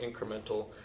incremental